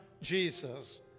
Jesus